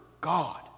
God